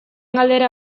galdera